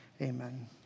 Amen